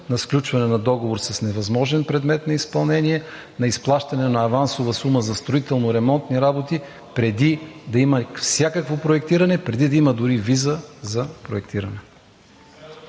на сключване на договор с невъзможен предмет на изпълнение, на изплащане на авансова сума за строително-ремонтни работи преди да има всякакво проектиране, преди да има дори виза за проектиране.